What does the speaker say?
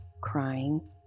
crying